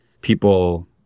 people